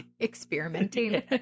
Experimenting